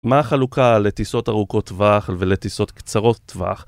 מה החלוקה לטיסות ארוכות טווח ולטיסות קצרות טווח?